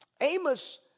Amos